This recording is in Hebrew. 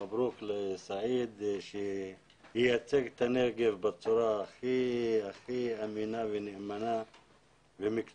מברוק לסעיד שייצג את הנגב בצורה הכי אמינה ומקצועית.